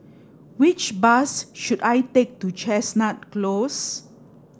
which bus should I take to Chestnut Close